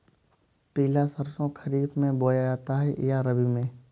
पिला सरसो खरीफ में बोया जाता है या रबी में?